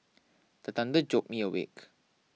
the thunder jolt me awake